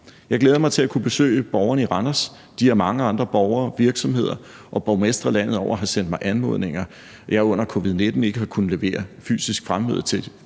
Jeg glæder mig til at kunne besøge borgerne i Randers. De og mange andre borgere, virksomheder og borgmestre landet over har sendt mig anmodninger om møder, jeg under covid-19 ikke har kunnet levere fysisk fremmøde til